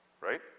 Right